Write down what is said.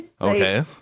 Okay